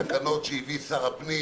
תקנות שהביא שר הפנים